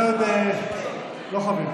זה עוד לא חווינו.